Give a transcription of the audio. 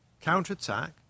counter-attack